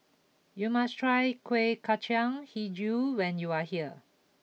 you must try Kuih Kacang HiJau when you are here